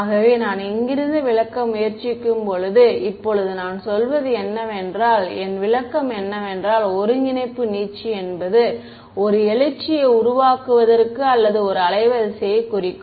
ஆகவே நான் இங்கிருந்து விளக்க முயற்சிக்கும்போது இப்போது நான் சொல்வது என்னவென்றால் என் விளக்கம் என்னவென்றால் ஒருங்கிணைப்பு நீட்சி என்பது ஒரு எழுச்சியை உருவாக்குவதற்கு அல்லது ஒரு அலைவரிசையை குறிக்கும்